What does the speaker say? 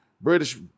British